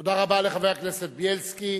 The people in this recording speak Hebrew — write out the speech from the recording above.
תודה רבה לחבר הכנסת בילסקי.